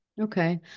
Okay